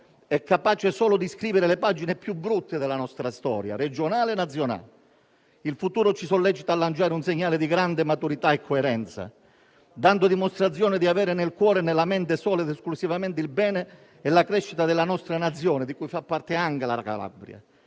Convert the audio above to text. è capace solo di scrivere le pagine più brutte della nostra storia regionale e nazionale. Il futuro ci sollecita a lanciare un segnale di grande maturità e coerenza, dando dimostrazione di avere nel cuore e nella mente solo ed esclusivamente il bene e la crescita della nostra Nazione, di cui fa parte anche la Calabria,